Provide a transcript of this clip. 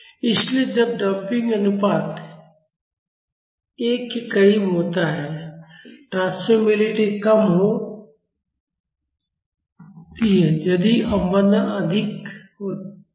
इसलिए जब डंपिंग अनुपात 1 के करीब होता है ट्रांसमिसिबिलिटी कम होती थी यदि अवमंदन अधिक था